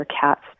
cats